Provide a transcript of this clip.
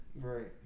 Right